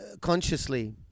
consciously